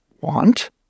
want